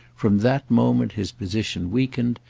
from that moment his position weakened,